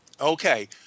Okay